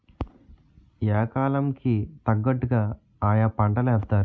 yeah కాలం కి తగ్గట్టుగా ఆయా పంటలేత్తారు